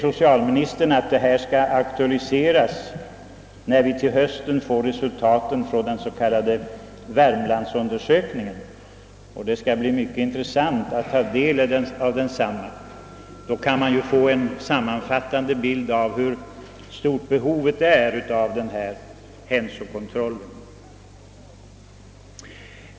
Socialministern säger att detta skall aktualiseras, när vi på hösten får veta resultaten av den s.k. Värmlandsundersökningen. Det skall bli mycket intressant att ta del av densamma. Då kan man få en sammanfattande bild av hur stort behovet är av denna hälsokontroll.